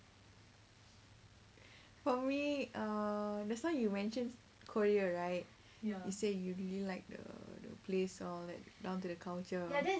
for me uh just now you mentioned korea right you say you really like the the place all that down to the culture